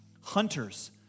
Hunters